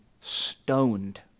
stoned